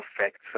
affects